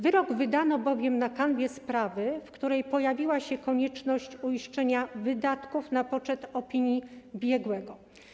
Wyrok wydano bowiem na kanwie sprawy, w której pojawiła się konieczność uiszczenia wydatków na poczet opinii biegłego.